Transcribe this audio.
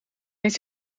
iets